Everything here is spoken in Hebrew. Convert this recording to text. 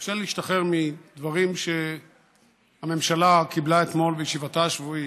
קשה לי להשתחרר מדברים שהממשלה קיבלה אתמול בישיבתה השבועית.